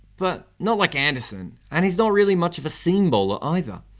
but not like anderson. and he's not really much of a seam bowler either.